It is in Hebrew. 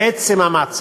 עצם המעצר.